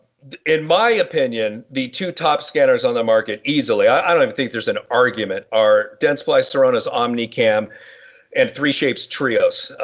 in my opinion the two top scanners on the market easily i don't think there's an argument are dentsply sirona so omnicam and three shape's trios.